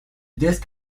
disc